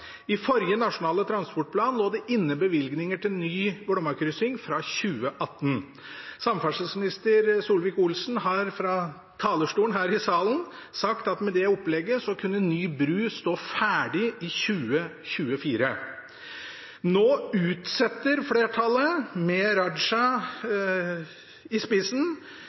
den forrige nasjonale transportplanen lå det inne bevilgninger til ny Glommakryssing fra 2018. Samferdselsminister Solvik-Olsen har fra talerstolen her i salen sagt at med det opplegget kunne ny bro stå ferdig i 2024. Nå utsetter flertallet, med Raja i